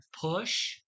push